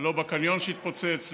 לא בקניון שהתפוצץ,